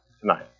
tonight